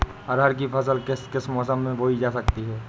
अरहर की फसल किस किस मौसम में बोई जा सकती है?